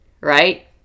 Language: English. right